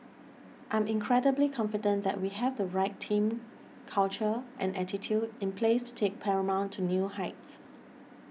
I'm incredibly confident that we have the right team culture and attitude in place to take Paramount to new heights